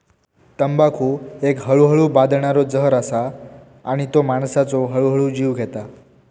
तंबाखू एक हळूहळू बादणारो जहर असा आणि तो माणसाचो हळूहळू जीव घेता